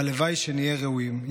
הלוואי שנהיה ראויים.